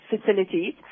facilities